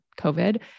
COVID